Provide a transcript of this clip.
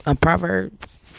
proverbs